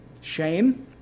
Shame